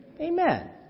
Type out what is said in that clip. Amen